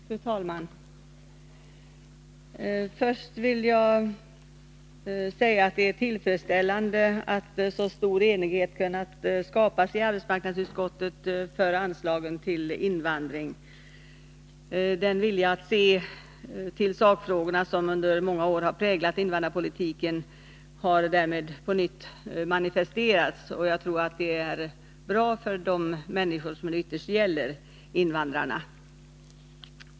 Fru talman! Först vill jag säga att det är tillfredsställande att så stor enighet har kunnat skapas i arbetsmarknadsutskottet om anslagen till invandring. Den vilja att se till sakfrågorna som under många år har präglat invandrarpolitiken har därmed på nytt manifesterats. Det är bra för de människor som det ytterst gäller — invandrarna.